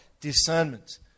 discernment